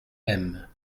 aime